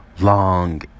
long